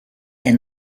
est